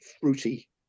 fruity